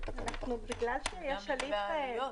גם לגבי העלויות.